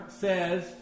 says